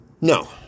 No